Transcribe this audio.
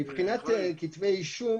מבחינת כתבי אישום,